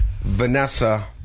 Vanessa